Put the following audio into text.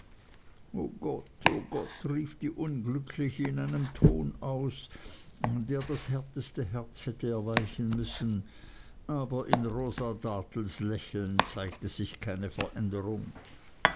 o gott o gott rief die unglückliche in einem ton aus der das härteste herz hätte erweichen müssen aber in rosa dartles lächeln zeigte sich keine veränderung